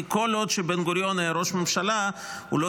כי כל עוד בן גוריון היה ראש ממשלה הוא לא